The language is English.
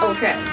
Okay